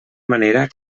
manera